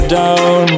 down